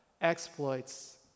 exploits